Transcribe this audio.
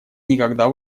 никогда